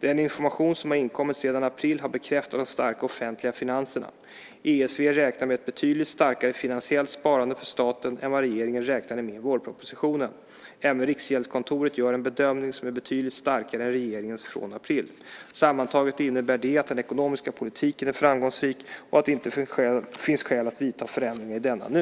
Den information som har inkommit sedan april har bekräftat de starka offentliga finanserna. ESV räknar med ett betydligt starkare finansiellt sparande för staten än vad regeringen räknade med i vårpropositionen. Även Riksgäldskontoret gör en bedömning som är betydligt starkare än regeringens från april. Sammantaget innebär det att den ekonomiska politiken är framgångsrik och att det inte finns skäl att vidta förändringar i detta nu.